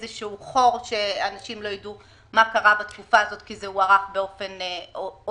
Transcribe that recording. חור שאנשים לא ידעו מה קרה בתקופה זו כי זה הוארך באופן אוטומטי.